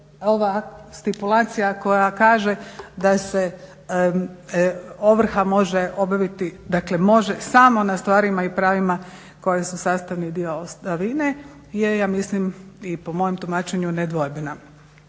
ova stipulacija koja kaže da se ovrha može obaviti, dakle, može samo na stvarima i pravima koja su sastavni dio ostavine je ja mislim i po mojem tumačenju nedvojbena.